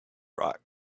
rock